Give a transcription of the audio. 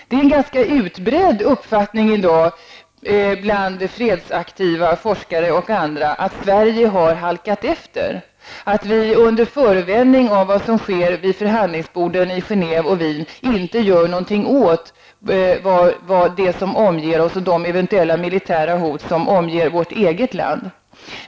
Det är en ganska utbredd uppfattning i dag bland fredsaktiva forskare och andra att Sverige har halkat efter, att vi under förevändning av vad som sker vid förhandlingsborden i Genève och Wien inte gör någonting åt det som omger oss och de eventuella militära hot som omger vårt eget land.